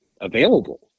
available